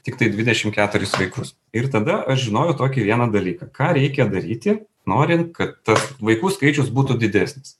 tiktai dvidešim keturis vaikus ir tada aš žinojau tokį vieną dalyką ką reikia daryti norint kad tas vaikų skaičius būtų didesnis